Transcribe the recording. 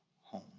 home